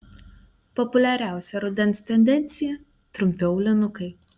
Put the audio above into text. populiariausia rudens tendencija trumpi aulinukai